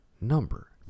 number